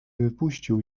wypuścił